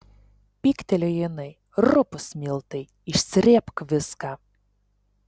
pyktelėjo jinai rupūs miltai išsrėbk viską